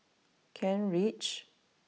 Kent Ridge